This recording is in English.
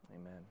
Amen